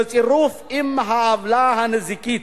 בצירוף עם העוולה הנזיקית,